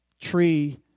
tree